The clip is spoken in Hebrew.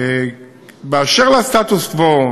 אשר לסטטוס קוו,